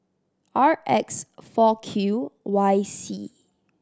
R X four Q Y C